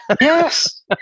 yes